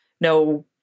no